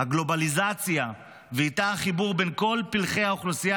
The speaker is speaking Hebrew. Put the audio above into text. הגלובליזציה ואיתם החיבור בין כל פלחי האוכלוסייה